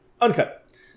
Uncut